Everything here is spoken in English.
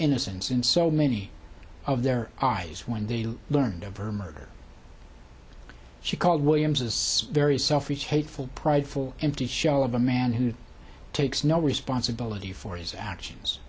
innocence in so many of their eyes when they learned of her murder she called williams is a very selfish hateful prideful empty shell of a man who takes no responsibility for his actions